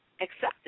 accepted